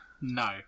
No